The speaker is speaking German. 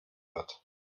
wird